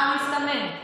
המסתמנת.